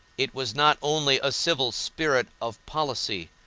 it was not only a civil spirit of policy,